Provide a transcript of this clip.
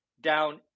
down